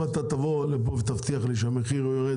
אם אתה תבוא לפה ותבטיח לי שהמחיר יירד